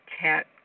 cat